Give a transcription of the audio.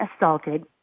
assaulted